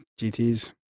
GTs